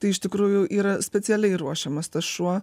tai iš tikrųjų yra specialiai ruošiamas tas šuo